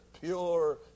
pure